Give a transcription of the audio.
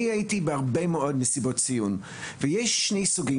אני הייתי בהרבה מאד מסיבות סיום, ויש שני סוגים.